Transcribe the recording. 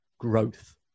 Growth